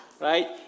right